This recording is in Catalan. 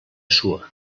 sua